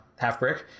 Halfbrick